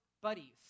buddies